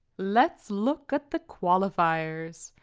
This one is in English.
let's look at the qualifiers.